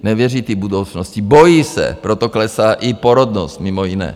Nevěří té budoucnosti, bojí se, proto klesá i porodnost mimo jiné.